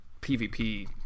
pvp